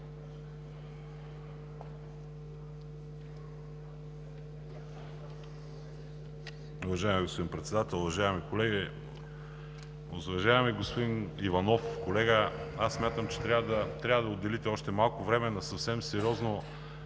Уважаеми господин Председател, уважаеми колеги, уважаеми господин Иванов! Колега, смятам, че трябва да отделите още малко време за съвсем сериозно